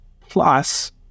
plus